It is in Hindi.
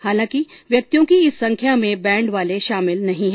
हालांकि व्यक्तियों की इस संख्या में बैंड वाले शामिल नहीं है